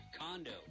condo